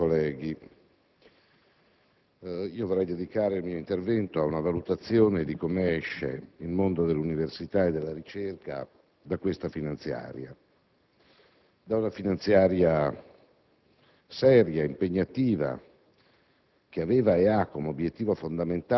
Signor Presidente, onorevoli colleghi, vorrei dedicare il mio intervento ad una valutazione di come esce il mondo dell'università e della ricerca da questa finanziaria,